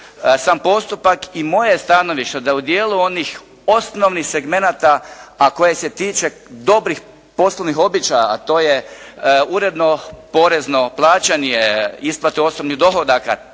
sam postupak i moje je stajalište da u dijelu onih osnovnih segmenata, a koje se tiču dobrih poslovnih običaja, a to je uredno porezno plaćanje, isplata osobnih dohodaka,